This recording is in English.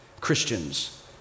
Christians